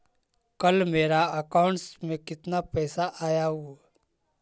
कल मेरा अकाउंटस में कितना पैसा आया ऊ?